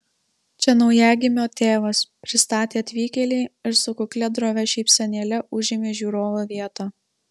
čia naujagimio tėvas pristatė atvykėlį ir su kuklia drovia šypsenėle užėmė žiūrovo vietą